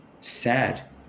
sad